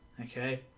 okay